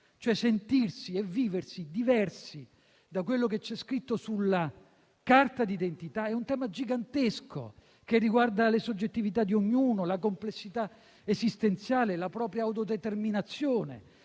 cioè sentirsi e viversi diversi da quello che c'è scritto sulla carta di identità, è un tema gigantesco, che riguarda le soggettività di ognuno, la complessità esistenziale, la propria autodeterminazione